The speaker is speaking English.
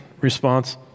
response